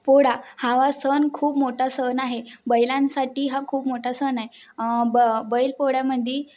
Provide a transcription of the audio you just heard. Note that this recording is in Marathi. पोळा हावा सण खूप मोठा सण आहे बैलांसाठी हा खूप मोठा सण आहे ब बैल पोळ्यामध्ये